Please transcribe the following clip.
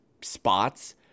spots